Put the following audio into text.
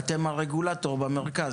אתם הרגולטור במרכז.